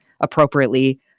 appropriately